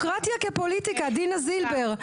בסדר.